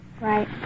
Right